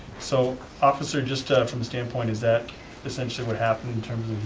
so, officer, just from the standpoint, is that essentially what happened in terms